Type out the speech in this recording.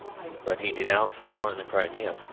but he denounced the war in the crimea.